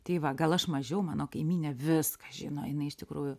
tai va gal aš mažiau mano kaimynė viską žino jinai iš tikrųjų